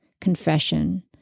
confession